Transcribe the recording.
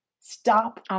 Stop